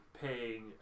paying